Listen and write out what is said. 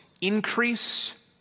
increase